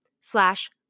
slash